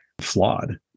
flawed